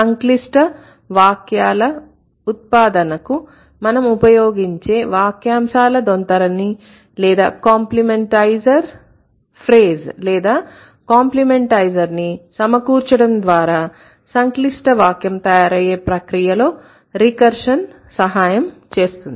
సంక్లిష్ట వాక్యాల ఉత్పాదనకు మనం ఉపయోగించే వాక్యంశాల దొంతరని లేదా కంప్లిమెంటైజర్ ఫ్రెజ్ లేదా కంప్లిమెంటైజర్ ని సమకూర్చడం ద్వారా సంక్లిష్టవాక్యం తయారయ్యే ప్రక్రియలో రికర్షన్ సహాయం చేస్తుంది